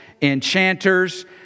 enchanters